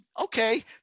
okay